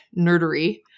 nerdery